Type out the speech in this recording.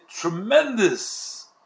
tremendous